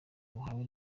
wahawe